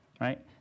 right